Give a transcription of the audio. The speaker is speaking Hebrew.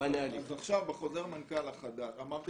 בחוזר מנכ"ל החדש, אמרתי